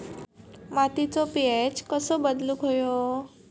मातीचो पी.एच कसो बदलुक होयो?